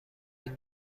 این